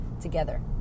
together